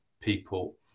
people